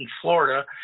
Florida